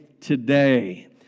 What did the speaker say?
today